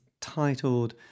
titled